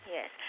Yes